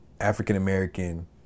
African-American